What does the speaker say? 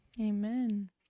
Amen